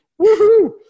Woohoo